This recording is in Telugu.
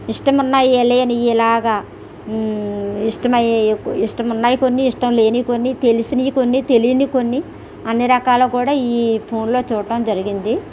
ఇష్టం ఉన్న అవి లేనివి ఇలాగా ఇష్టమై ఇష్టం ఉన్నాయి కొన్ని ఇష్టం లేనివి కొన్ని తెలిసినవి కొన్ని తెలియనివి కొన్ని అన్ని రకాల కూడా ఈ ఫోన్లో చూడటం జరిగింది